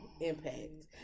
impact